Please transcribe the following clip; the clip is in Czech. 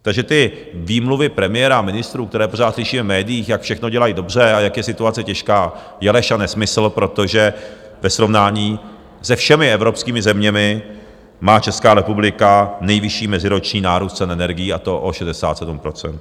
Takže ty výmluvy premiéra a ministrů, které pořád slyšíme v médiích, jak všechno dělají dobře a jak je situace těžká, je lež a nesmysl, protože ve srovnání se všemi evropskými zeměmi má Česká republika nejvyšší meziroční nárůst cen energií, a to o 67 %.